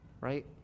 Right